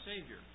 Savior